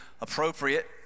appropriate